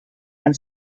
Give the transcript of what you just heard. and